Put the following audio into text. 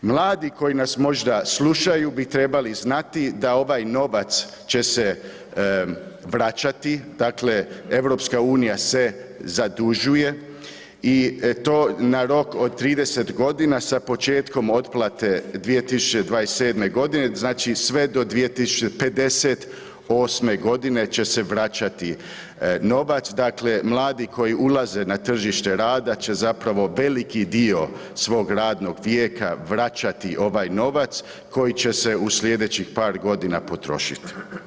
Mladi koji nas možda slušaju bi trebali znati da ovaj novac će se vraćati, dakle EU se zadužuje i to na rok od 30 godina sa početkom otplate 2027. godine, sve do 2058. će se vraćati novac, dakle mladi koji ulaze na tržište rada će veliki dio svog radnog vijeka vraćati ovaj novac koji će se u sljedećih par godina potrošit.